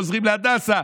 חוזרים להדסה,